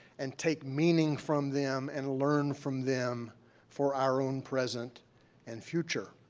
and take meaning from them, and learn from them for our own present and future.